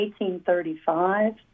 1835